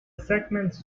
segments